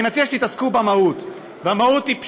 אני מציע שתתעסקו במהות, והמהות היא פשוטה: